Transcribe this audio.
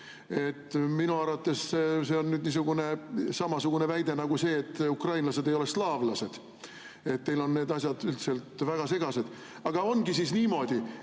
Minu arvates on see samasugune väide nagu see, et ukrainlased ei ole slaavlased. Teil on need asjad üldse väga segased. Kas ongi siis niimoodi,